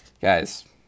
guys